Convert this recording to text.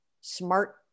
smart